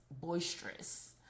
boisterous